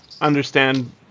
understand